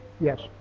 Yes